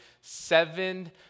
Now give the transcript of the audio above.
seven